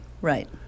Right